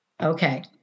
okay